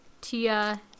Tia